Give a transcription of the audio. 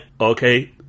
okay